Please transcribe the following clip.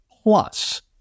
Plus